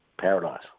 paradise